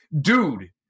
Dude